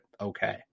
okay